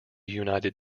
united